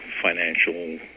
financial